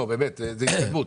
זאת התקדמות.